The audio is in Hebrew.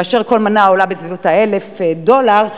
וכל מנה עולה בסביבות 1,000 דולר,